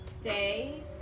Stay